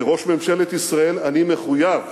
כראש ממשלת ישראל אני מחויב,